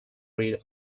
rid